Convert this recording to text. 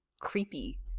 creepy